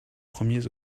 premiers